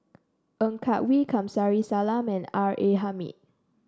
Ng Yak Whee Kamsari Salam and R A Hamid